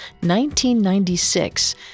1996